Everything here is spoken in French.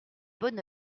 bonne